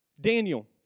Daniel